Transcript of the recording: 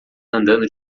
andando